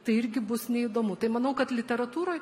tai irgi bus neįdomu tai manau kad literatūroj